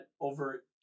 over